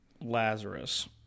Lazarus